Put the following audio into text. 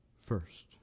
first